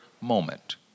moment